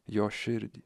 jo širdį